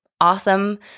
awesome